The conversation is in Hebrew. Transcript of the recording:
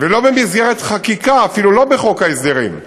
ולא במסגרת חקיקה, אפילו לא בחוק ההסדרים,